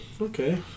Okay